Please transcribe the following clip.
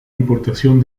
importación